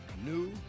new